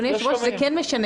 כן,